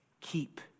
Keep